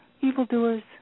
evildoers